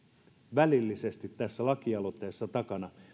välillisesti tässä lakialoitteessa takana ja